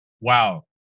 wow